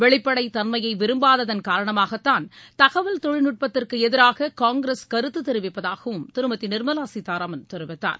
வெளிப்படைத் தன்மையை விரும்பாததன் காரணமாகத்தான் தகவல் தொழில்நட்பத்திற்கு எதிராக காங்கிரஸ் கருத்து தெரிவிப்பதாகவும் திருமதி நிர்மலா சீதாராமன் தெரிவித்தார்